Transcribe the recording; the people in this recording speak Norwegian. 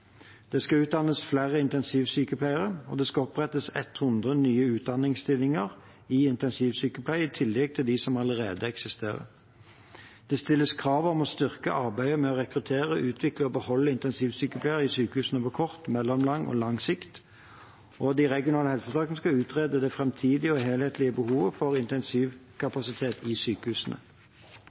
Det skal utdannes flere intensivsykepleiere, og det skal opprettes 100 nye utdanningsstillinger i intensivsykepleie i tillegg til dem som allerede eksisterer. Det stilles krav om å styrke arbeidet med å rekruttere, utvikle og beholde intensivsykepleiere i sykehusene på kort, mellomlang og lang sikt. De regionale helseforetakene skal utrede det framtidige og helhetlige behovet for intensivkapasitet i sykehusene